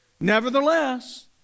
Nevertheless